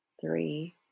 three